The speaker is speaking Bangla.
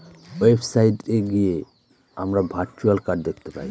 ওয়েবসাইট গিয়ে আমরা ভার্চুয়াল কার্ড দেখতে পাই